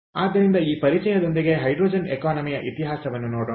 ಆದ್ದರಿಂದ ಈ ಪರಿಚಯದೊಂದಿಗೆ ಹೈಡ್ರೋಜನ್ ಎಕಾನಮಿಯ ಇತಿಹಾಸವನ್ನು ನೋಡೋಣ